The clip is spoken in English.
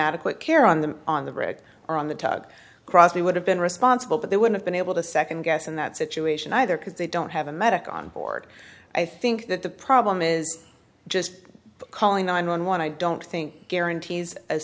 adequate care on the on the brick or on the tug cross he would have been responsible but they would have been able to second guess in that situation either because they don't have a medic on board i think that the problem is just calling nine one one i don't think guarantees a